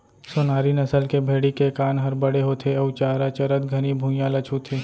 सोनारी नसल के भेड़ी के कान हर बड़े होथे अउ चारा चरत घनी भुइयां ल छूथे